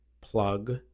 plug